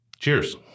cheers